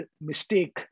mistake